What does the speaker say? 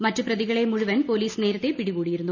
മറ്റ് പ്രതികളെ മുഴുവൻ പൊലീസ് നേരത്തെ പിടികൂടിയിരുന്നു